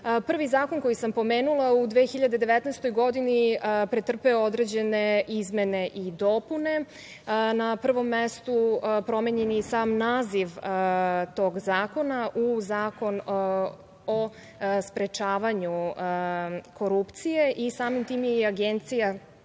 zakon koji sam pomenula u 2019. godini je pretrpeo određene izmene i dopune. Na prvom mestu promenjen je i sam naziv tog zakona u Zakon o sprečavanja korupcije. Samim tim je i Agencija